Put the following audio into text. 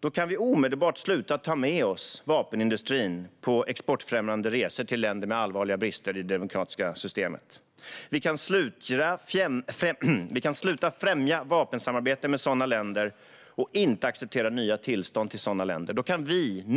Då kan vi omedelbart sluta ta med oss vapenindustrin på exportfrämjande resor till länder med allvarliga brister i det demokratiska systemet. Vi kan sluta främja vapensamarbete med sådana länder och avstå från att acceptera nya tillstånd till sådana länder.